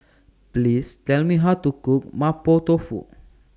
Please Tell Me How to Cook Mapo Tofu